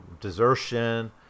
desertion